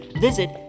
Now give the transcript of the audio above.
visit